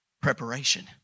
preparation